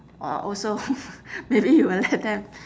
or also maybe you will let them